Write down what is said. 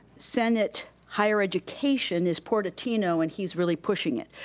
senate higher education is portantino, and he's really pushing it.